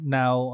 now